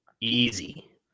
Easy